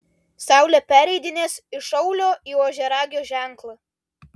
saulė pereidinės iš šaulio į ožiaragio ženklą